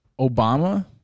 Obama